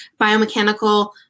Biomechanical